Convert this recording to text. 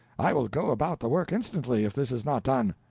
i will go about the work instantly, if this is not done!